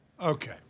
Okay